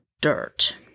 dirt